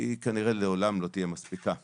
היא כנראה לעולם לא תהיה מספיקה.